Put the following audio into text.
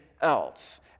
else